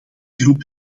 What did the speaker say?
groep